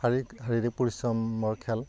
শাৰীৰিক শাৰীৰিক পৰিশ্ৰমৰ খেল